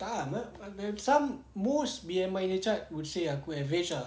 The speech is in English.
tak not there's some most B_M_I nya chart would say aku average ah